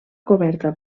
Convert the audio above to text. coberta